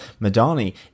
madani